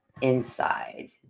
inside